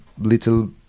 little